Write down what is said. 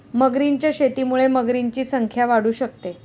मगरींच्या शेतीमुळे मगरींची संख्या वाढू शकते